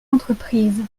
entreprises